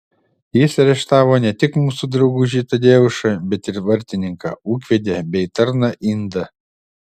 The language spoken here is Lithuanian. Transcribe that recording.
jis areštavo ne tik mūsų draugužį tadeušą bet ir vartininką ūkvedę bei tarną indą